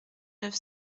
neuf